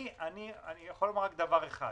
אני יכול לומר רק דבר אחד.